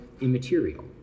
immaterial